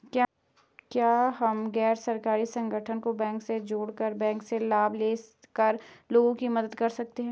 क्या हम गैर सरकारी संगठन को बैंक से जोड़ कर बैंक से लाभ ले कर लोगों की मदद कर सकते हैं?